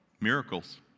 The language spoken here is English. Miracles